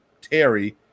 terry